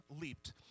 leaped